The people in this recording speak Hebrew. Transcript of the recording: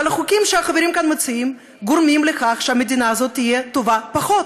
אבל החוקים שהחברים כאן מציעים גורמים לכך שהמדינה הזאת תהיה טובה פחות,